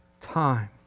time